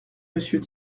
monsieur